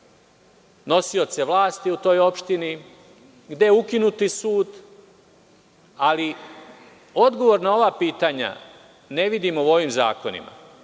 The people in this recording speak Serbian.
nosioce vlasti u toj opštini, gde ukinuti sud, ali odgovor na ova pitanja ne vidim u ovim zakonima.